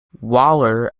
waller